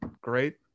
great